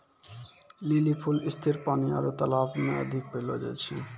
lily फूल स्थिर पानी आरु तालाब मे अधिक पैलो जाय छै